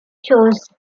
shows